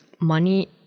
money